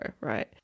right